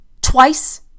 Twice